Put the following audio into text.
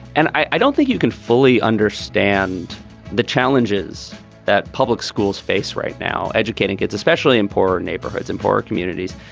and i don't think you can fully understand the challenges that public schools face right now. educating kids, especially in poorer neighborhoods and poorer communities.